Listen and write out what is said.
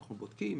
אנחנו בודקים,